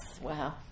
Wow